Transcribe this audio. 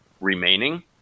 remaining